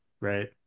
right